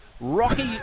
rocky